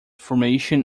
formation